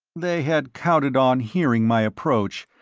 they had counted on hearing my approach,